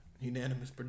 Unanimous